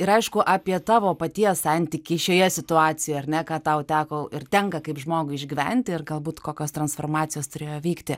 ir aišku apie tavo paties santykį šioje situacijoje ar ne ką tau teko ir tenka kaip žmogui išgyventi ir galbūt kokios transformacijos turėjo vykti